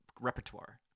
repertoire